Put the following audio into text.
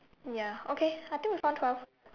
ya okay I think we found twelve